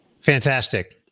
Fantastic